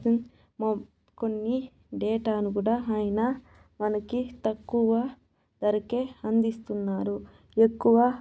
కొన్ని డేటాను కూడా ఆయన మనకి తక్కువ ధరకే అందిస్తున్నారు ఎక్కువ